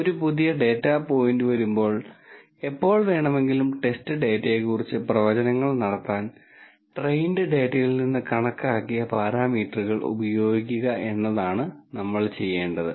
ഒരു പുതിയ data point വരുമ്പോൾ എപ്പോൾ വേണമെങ്കിലും ടെസ്റ്റ് ഡാറ്റയെക്കുറിച്ച് പ്രവചനങ്ങൾ നടത്താൻ ട്രെയിൻഡ് ഡാറ്റയിൽ നിന്ന് കണക്കാക്കിയ പാരാമീറ്ററുകൾ ഉപയോഗിക്കുക എന്നതാണ് നമ്മൾ ചെയ്യേണ്ടത്